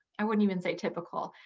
i wouldn't even say typical.